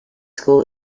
school